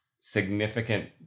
significant